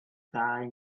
dau